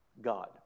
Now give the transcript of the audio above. God